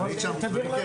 ראית דברים כאלה?